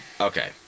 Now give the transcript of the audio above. Okay